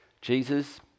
Jesus